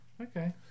Okay